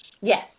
Yes